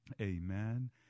Amen